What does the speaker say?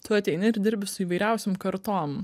tu ateini ir dirbi su įvairiausiom kartom